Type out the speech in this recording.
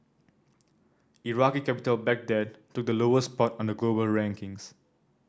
Iraqi capital Baghdad took the lowest spot on the global rankings